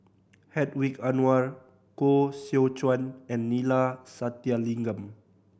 Hedwig Anuar Koh Seow Chuan and Neila Sathyalingam